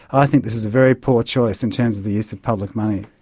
i think this is a very poor choice in terms of the use of public money.